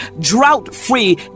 drought-free